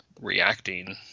reacting